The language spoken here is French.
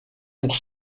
pour